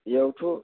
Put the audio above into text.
इयावथ'